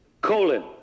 Colon